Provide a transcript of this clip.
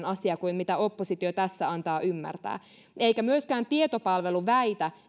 asia kuin mitä oppositio tässä antaa ymmärtää eikä myöskään tietopalvelu väitä